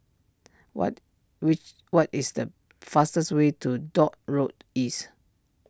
what which what is the fastest way to Dock Road East